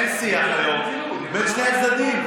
אין שיח היום בין שני הצדדים,